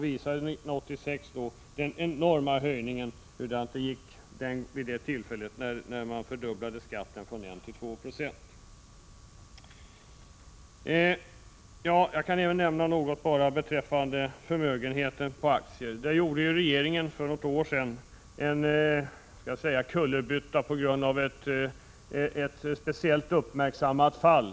Vid den enorma höjningen visade det sig år 1986 tvärtom hur det gick. Jag kan även nämna något beträffande förmögenhet i aktier. För något år sedan gjorde regeringen en, skall vi säga, kullerbytta på grund av ett speciellt uppmärksammat fall.